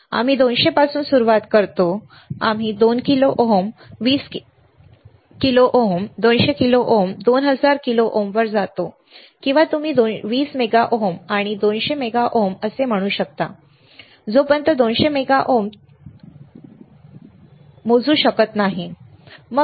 आम्ही 200 पासून सुरुवात करतो आम्ही 2 kilo ohm 20 kilo ohm 200 kilo ohm 2000 kilo ohm वर जातो किंवा तुम्ही 20 मेगा ओम आणि 200 मेगा ओम असे म्हणू शकता जोपर्यंत 200 मेगा ओम ते मोजू शकत नाही बरोबर